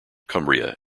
cumbria